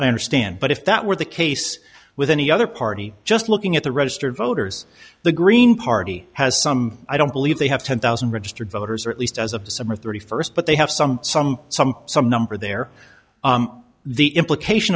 i understand but if that were the case with any other party just looking at the registered voters the green party has some i don't believe they have ten thousand registered voters or at least as of december st but they have some some some some number there the implication